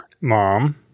Mom